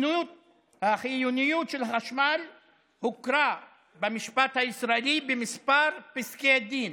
החיוניות של החשמל הוכרה במשפט הישראלי בכמה פסקי דין.